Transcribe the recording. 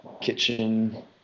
Kitchen